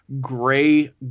gray